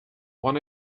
one